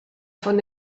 von